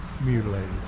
mutilated